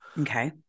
okay